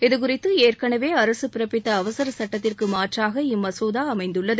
இதுகுறித்து ஏற்களவே அரசு பிறப்பித்த அவசர சுட்டத்திற்கு மாற்றாக இம்மசோதா அமைந்துள்ளது